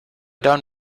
down